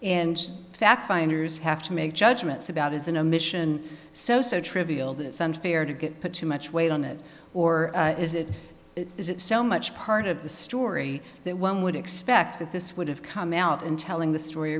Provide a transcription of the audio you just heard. and fact finders have to make judgments about is in a mission so so trivial that it's unfair to get put too much weight on it or is it is it so much part of the story that one would expect that this would have come out in telling the story